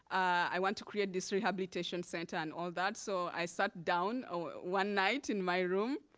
i want to create this rehabilitation center and all that. so i sat down one night in my room.